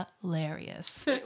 hilarious